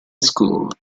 school